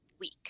week